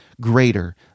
greater